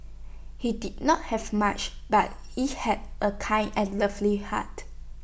he did not have much but he had A kind and lovely heart